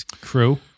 crew